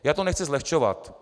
Já to nechci zlehčovat.